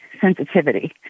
sensitivity